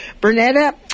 Bernetta